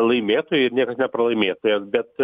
laimėtojai ir niekas nepralaimėtojas bet